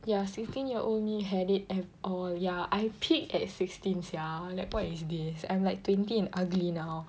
ya sixteen year old me had it at all ya I peaked at sixteen sia ya like what is this I'm like twenty and ugly now